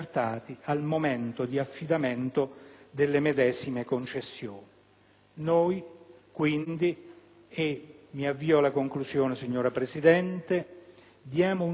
Noi, quindi, e mi avvio alla conclusione signora Presidente, diamo un giudizio molto severo su questo provvedimento perché